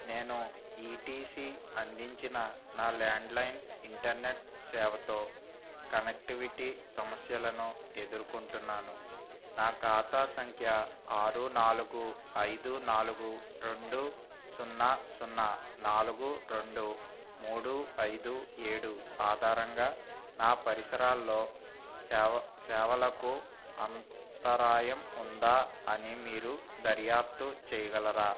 నేను ఈ T C అందించిన నా ల్యాండ్లైన్ ఇంటర్నెట్ సేవతో కనెక్టివిటీ సమస్యలను ఎదుర్కుంటున్నాను నా ఖాతా సంఖ్య ఆరు నాలుగు ఐదు నాలుగు రెండు సున్నా సున్నా నాలుగు రెండు మూడు ఐదు ఏడు ఆధారంగా నా పరిసరాల్లో సేవ సేవలకు అంతరాయం ఉందా అని మీరు దర్యాప్తు చెయ్యగలరా